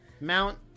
Mount